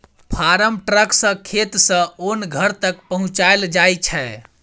farm truck सँ खेत सँ ओन घर तक पहुँचाएल जाइ छै